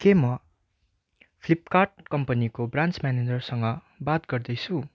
के म फ्लिपकार्ट कम्पनीको ब्रान्च म्यानेजरसँग बात गर्दैछु